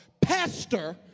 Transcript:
pastor